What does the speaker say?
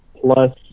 plus